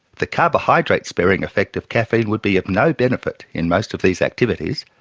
the carbohydrate sparing effect of caffeine would be of no benefit in most of these activities,